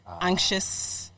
anxious